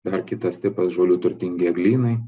dar kitas tipas žolių turtingi eglynai